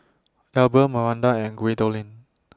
Albion Maranda and Gwendolyn